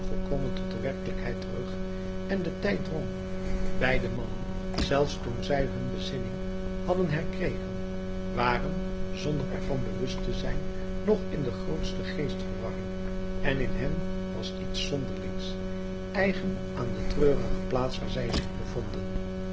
volkomen tot de werkelijkheid terug en de tijd drong beide mannen zelfs toen zij hun bezinning hadden herkregen waren zonder er van bewust te zijn nog in de grootste geestverwarring en in hen was iets zonderlings eigen aan de treurige plaats waar zij zich bevonden